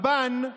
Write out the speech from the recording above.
היועמ"שים